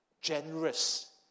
generous